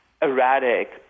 erratic